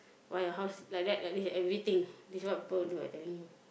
why your house like that like this everything this is what people will do I telling you